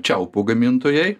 čiaupų gamintojai